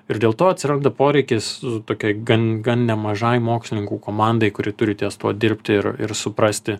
ir dėl to atsiranda poreikis tokiai gan gan nemažai mokslininkų komandai kuri turi ties tuo dirbti ir ir suprasti